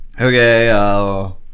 Okay